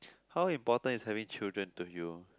how important is having children to you